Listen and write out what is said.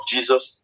Jesus